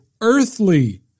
earthly